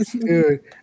Dude